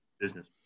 business